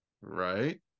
Right